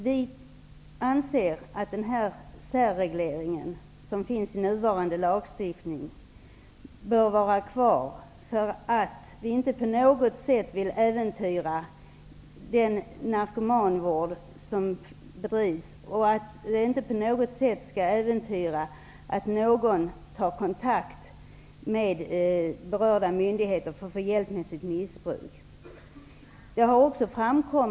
Vi anser att den särreglering som finns i den nuvarande lagstiftningen bör vara kvar, eftersom vi inte på något sätt vill äventyra den narkomanvård som bedrivs, och vi vill inte på något sätt äventyra att missbrukare tar kontakt med berörda myndigheter för att få hjälp för sitt missbruk.